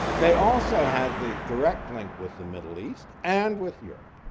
they also have the direct link with the middle east and with europe.